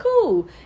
cool